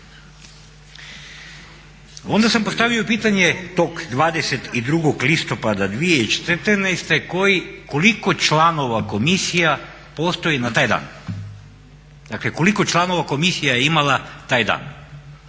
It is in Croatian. Onda sam postavio pitanje tog 22. listopada 2014. koliko članova komisije postoji na taj dan, dakle koliko članova komisija je imala taj dan.